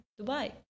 Dubai